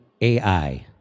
AI